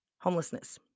homelessness